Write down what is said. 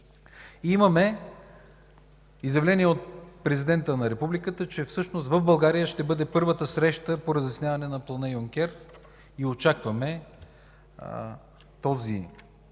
Имаме изявление от президента на Републиката, че всъщност в България ще бъде първата среща по разясняване на Плана Юнкер и очакваме този Проект